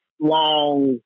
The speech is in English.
long